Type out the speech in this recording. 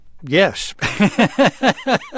Yes